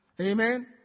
Amen